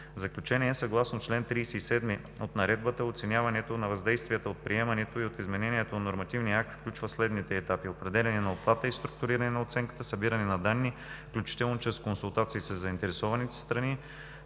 заключение, съгласно чл. 37 от Наредбата оценяването на въздействието от приемането и от изменението на нормативния акт включва следните етапи: определяне на обхвата и структуриране на оценката, събиране на данни, включително чрез консултации със заинтересованите страни,